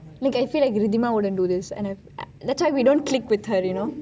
like I feel like rithima wouldn't do this and I have that's why we don't click with her you know